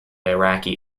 iraqi